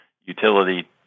utility